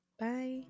bye